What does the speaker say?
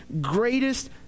greatest